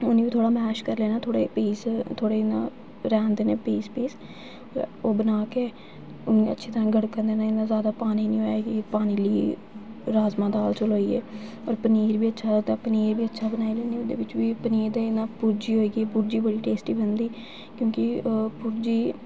उ'नें ई बी थोह्ड़ा मैश करी लैना ते थोह्ड़े पीस थोह्ड़े इ'यां रौह्न देने पीस पीस ओह् बना के उ'नै ई अच्छी तरह् गड़कन देना इन्ना जैदा पानी नीं एह् होऐ कि पानी राजमांह् दाल चौल होई गे होर पनीर बी अच्छा ते पनीर बी अच्छा बनाई लैन्नी ओह्दे बिच भी पनीर दी ना भुर्जी होई गेई भुर्जी टेस्टी बनदी क्य़ोंकि भुर्जी